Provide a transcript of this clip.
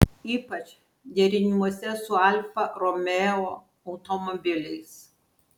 ypač deriniuose su alfa romeo automobiliais